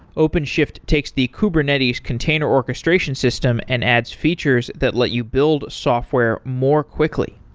openshift takes the kubernetes container orchestration system and adds features that let you build software more quickly.